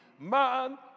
man